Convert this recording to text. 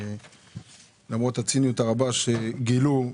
למרות הציניות הרבה שגילו,